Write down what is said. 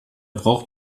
braucht